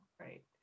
right